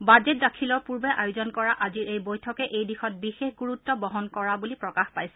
budget দাখিলৰ পূৰ্বে আয়োজন কৰা আজিৰ এই বৈঠকে এই দিশত বিশেষ গুৰুত্ব বহন কৰা বুলি প্ৰকাশ পাইছে